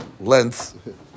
length